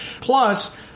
Plus